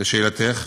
לשאלתך,